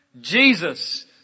Jesus